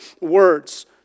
words